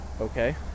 Okay